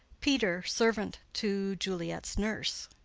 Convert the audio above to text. peter, servant to juliet's nurse.